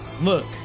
Look